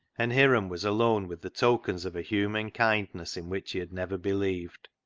and hiram was alone with the tokens of a human kindness in which he had never believed.